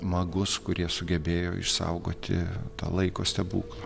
magus kurie sugebėjo išsaugoti tą laiko stebuklą